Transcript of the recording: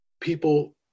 people